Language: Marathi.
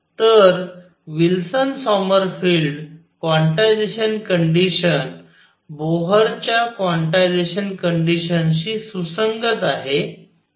तर विल्सन सॉमरफेल्ड क्वांटायझेशन कंडिशन बोहरच्या क्वांटायझेशन कंडिशनशी सुसंगत आहे